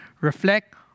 reflect